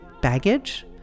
baggage